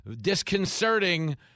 disconcerting